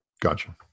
Gotcha